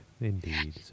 Indeed